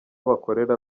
bakorera